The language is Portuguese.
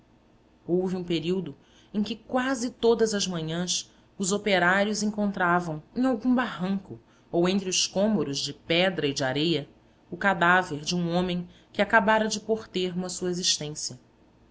houve um período em que quase todas as manhãs os operários encontravam em algum barranco ou entre os cômoros de pedra e de areia o cadáver de um homem que acabara de pôr termo à sua existência